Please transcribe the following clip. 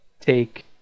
take